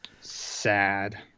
Sad